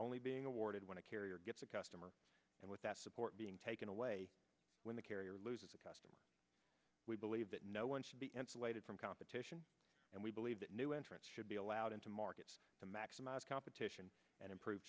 only being awarded when a carrier gets a customer and with that support being taken away when the carrier loses a customer we believe that no one should be insulated from competition and we believe that new entrants should be allowed into markets to maximize competition and improve